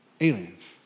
aliens